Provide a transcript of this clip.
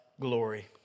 glory